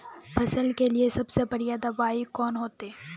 फसल के लिए सबसे बढ़िया दबाइ कौन होते?